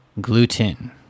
gluten